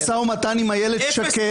משא ומתן עם איילת שקד.